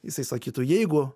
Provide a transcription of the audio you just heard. jisai sakytų jeigu